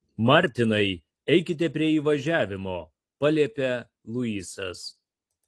martinai eikite prie įvažiavimo paliepia luisas